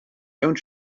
don’t